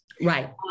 right